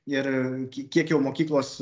ir kiek jau mokyklos